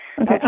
Okay